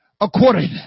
according